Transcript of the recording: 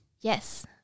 Yes